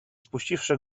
spuściwszy